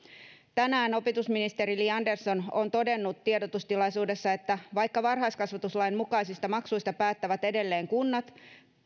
tänään opetusministeri li andersson on todennut tiedotustilaisuudessa että vaikka varhaiskasvatuslain mukaisista maksuista päättävät edelleen kunnat